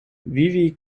vivi